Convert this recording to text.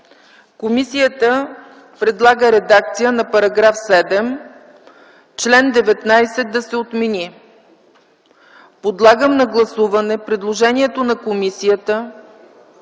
Комисията предлага редакция на § 7 – чл. 19 да се отмени. Подлагам на гласуване предложението на комисията